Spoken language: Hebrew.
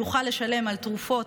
יוכל לשלם על תרופות,